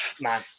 man